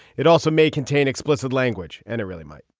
it also may contain explicit language and it really might